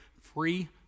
free